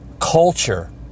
culture